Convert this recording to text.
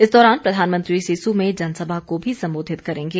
इस दौरान प्रधानमंत्री सिस्सू में जनसभा को भी संबोधित करेंगे